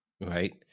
right